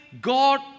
God